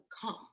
come